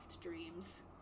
dreams